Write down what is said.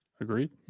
Agreed